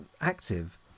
active